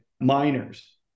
miners